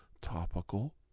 topical